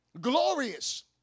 glorious